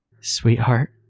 Sweetheart